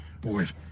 Boys